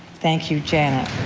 thank you janet.